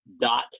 dot